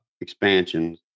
expansions